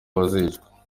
bazicwa